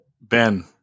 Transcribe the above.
Ben